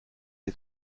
est